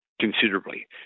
Considerably